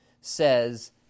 says